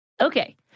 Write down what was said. Okay